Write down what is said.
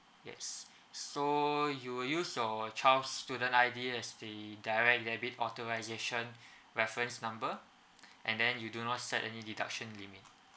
yes so you use your child's student I_D as the direct debit authorisation reference number and then you do not set any deduction limit